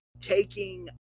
taking